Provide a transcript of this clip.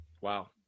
Wow